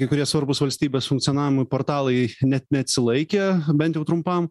kai kurie svarbūs valstybės funkcionavimui portalai net neatsilaikė bent jau trumpam